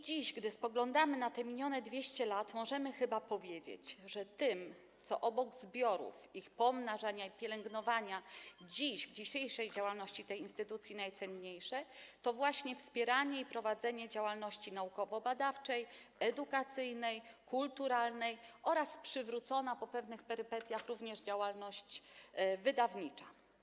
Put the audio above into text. Dziś, gdy spoglądamy na te minione 200 lat, możemy chyba powiedzieć, że to, co obok zbiorów, ich pomnażania i pielęgnowania dziś, w dzisiejszej działalności tej instytucji najcenniejsze, to właśnie wspieranie i prowadzenie działalności naukowo-badawczej, edukacyjnej, kulturalnej oraz przywrócona po pewnych perypetiach również działalność wydawnicza.